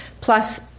Plus